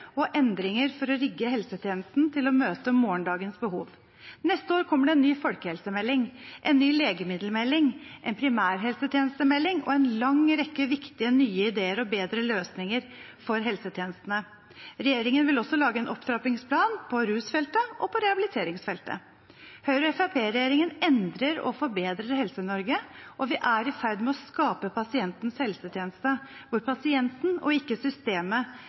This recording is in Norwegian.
og endringer for å rigge helsetjenesten til å møte morgendagens behov. Neste år kommer det en ny folkehelsemelding, en ny legemiddelmelding, en primærhelsetjenestemelding og en lang rekke viktige nye ideer og bedre løsninger for helsetjenestene. Regjeringen vil også lage en opptrappingsplan på rusfeltet og på rehabiliteringsfeltet. Høyre–Fremskrittsparti-regjeringen endrer og forbedrer Helse-Norge, og vi er i ferd med å skape pasientens helsetjeneste, hvor pasienten og ikke systemet